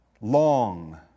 long